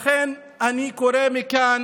לכן אני קורא מכאן